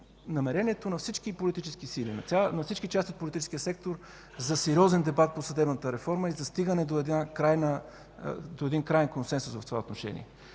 намерението на всички политически сили, на всички части от политическия сектор за сериозен дебат в съдебната реформа и за стигане до краен консенсус в това отношение.